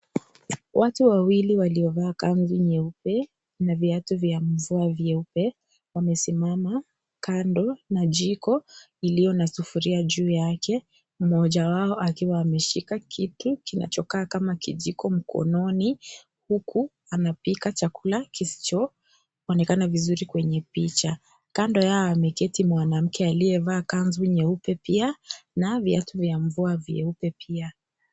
Watu wawili waliovaa kanzu nyeupa na viatu vya mvua vyeupe. Wamesimama kando na jiko iliyo na sufuria juu yake. Mmoja wao akiwa ameshika ktui kinachokaa kama kijiko mkononi. Huku anapika chakula kisichoonekana vizuri kwenye picha. Kando yao ameketi mwanamke aliyevaa kanzu nyeupe pia na viatu vya mvua vyeupe pia.